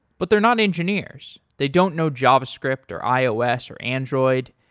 but they're not engineers. they don't know javascript or ios or android,